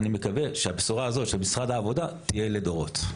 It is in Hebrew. אני מקווה שהבשורה הזו של משרד העבודה תהיה לדורות.